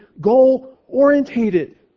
goal-orientated